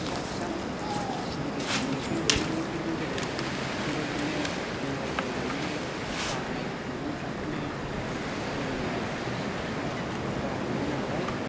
फिसा फिसा सिंग्रि समनिफ्रायनो गोरलैनिफ्रायनो जोङो बेबायदिनो सोंलाय लायनानैहाय गारनाय खुन्दुंफ्राखौनो जोङो दिसिखाथा गारोमोननालाय